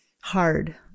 hard